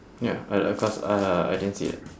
ya I I cause uh I didn't see it